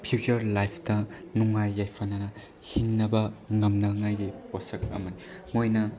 future ꯂꯥꯏꯐꯇ ꯅꯨꯡꯉꯥꯏ ꯌꯥꯏꯐꯅ ꯍꯤꯡꯕ ꯉꯝꯅꯉꯥꯏꯒꯤ ꯄꯣꯠꯁꯛ ꯑꯃꯅꯤ ꯃꯣꯏꯅ